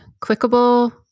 clickable